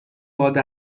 باد